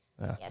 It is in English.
Yes